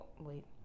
wait